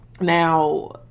now